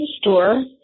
store